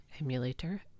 emulator